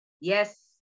Yes